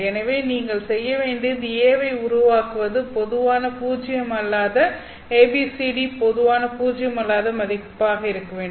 எனவே நீங்கள் செய்ய வேண்டியது A ஐ உருவாக்குவது பொதுவாக பூஜ்யம் அல்லாத A B C D பொதுவாக பூஜ்யம் அல்லாத மதிப்பாக இருக்க வேண்டும்